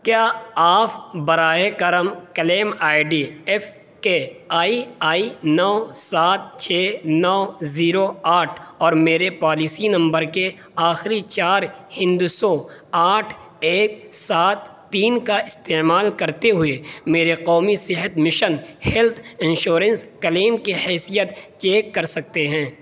کیا آپ براہ کرم claim I D F K I I نو سات چھ نو زیرو آٹھ اور میرے پالیسی نمبر کے آخری چار ہندسوں آٹھ ایک سات تین کا استعمال کرتے ہوئے میرے قومی صحت مشن ہیلتھ انشورنس کلیم کی حیثیت چیک کر سکتے ہیں